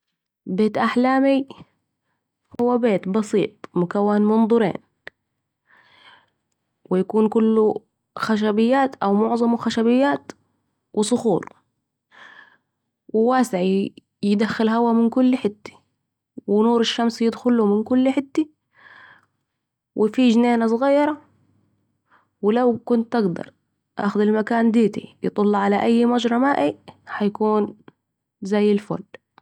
بيت احلامي, هو بيت بسيط مكون من دورين و يكون كله خشبيات او معظمه خشبيات و صخور, وواسع يدخل هوا من كل حته و نور الشمس يدخله من كل حته, وفي جنينه صغيره, ولوكنت اقدر اخد المكان ديتي يطل علي اي مجري مائي هكون زي الفل